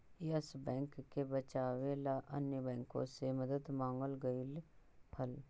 yes Bank के बचावे ला अन्य बाँकों से मदद मांगल गईल हल